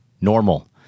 normal